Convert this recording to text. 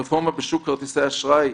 הרפורמה בשוק כרטיסי האשראי,